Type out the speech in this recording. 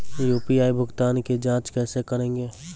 UPI भुगतान की जाँच कैसे करेंगे?